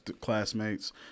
classmates